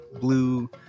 blue